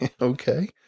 okay